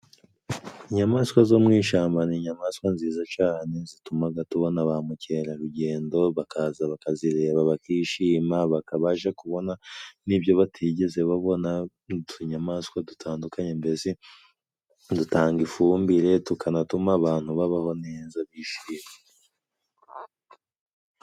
Inyamaswa zo mu ishamba ni inyamaswa nziza cane, zitumaga tubona ba mukerarugendo, bakaza bakazireba bakishima, bakabasha kubona n'ibyo batigeze babona, utunyamaswa dutandukanye mbese dutanga ifumbire, tukanatuma abantu babaho neza bishimye.